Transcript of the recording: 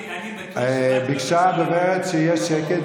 ביקשה הדוברת שיהיה שקט,